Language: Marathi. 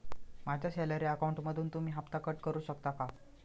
माझ्या सॅलरी अकाउंटमधून तुम्ही हफ्ता कट करू शकता का?